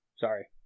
sorry